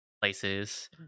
places